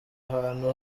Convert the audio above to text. ahantu